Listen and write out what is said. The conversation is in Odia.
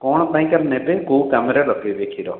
କଣ ପାଇଁକା ନେବେ କେଉଁ କାମରେ ଲଗେଇବେ କ୍ଷୀର